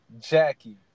Jackie